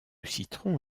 citron